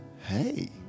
hey